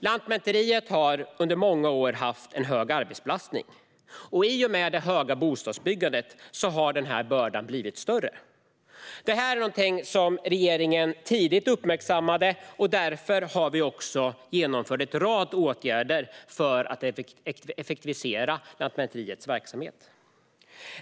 Lantmäteriet har under många år haft en hög arbetsbelastning, och i och med det höga bostadsbyggandet har den bördan blivit större. Det här är någonting som regeringen tidigt uppmärksammade, och därför har vi också genomfört en rad åtgärder för att effektivisera Lantmäteriets verksamhet.